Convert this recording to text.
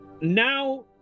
Now